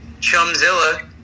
Chumzilla